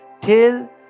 till